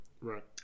Right